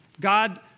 God